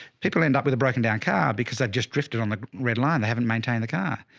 people end up with a broken down car because i just drifted on the red line. they haven't maintained the car.